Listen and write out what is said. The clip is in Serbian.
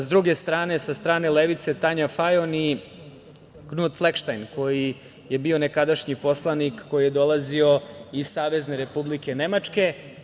S druge strane, sa strane levice Tanja Fajon i Knutom Flekenštajnom koji je bio nekadašnji poslanik, koji je dolazio iz Savezne Republike Nemačke.